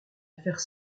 affaire